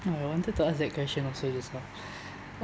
I wanted to ask that question also just now